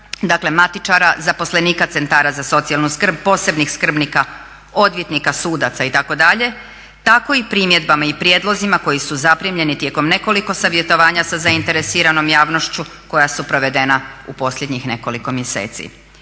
matičara, zaposlenika centara za socijalnu skrb, posebnih skrbnika, odvjetnika, sudaca itd. tako i primjedbama i prijedlozima koji su zaprimljeni tijekom nekoliko savjetovanja sa zainteresiranom javnošću koja su provedena u posljednjih nekoliko mjeseci.